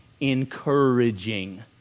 Encouraging